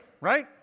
Right